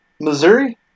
Missouri